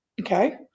Okay